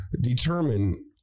determine